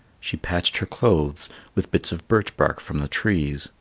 she patched her clothes with bits of birch bark from the trees,